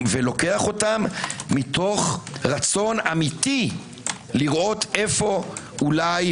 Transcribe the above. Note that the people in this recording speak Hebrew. מתוך רצון אמיתי, לראות איפה אולי